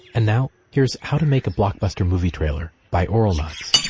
and now here's how to make a blockbuster movie trailer, by auralnauts.